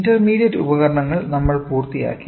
intermediate ഉപകരണങ്ങൾ നമ്മൾ പൂർത്തിയാക്കി